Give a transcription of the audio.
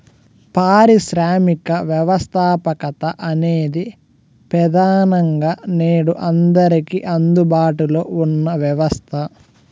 పారిశ్రామిక వ్యవస్థాపకత అనేది ప్రెదానంగా నేడు అందరికీ అందుబాటులో ఉన్న వ్యవస్థ